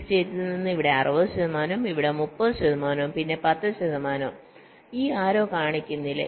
ഈ സ്റ്റേറ്റിൽ നിന്ന് ഇവിടെ 60 ശതമാനവും ഇവിടെ 30 ശതമാനവും പിന്നെ 10 ശതമാനവും ഈആരോ കാണിക്കുന്നില്ല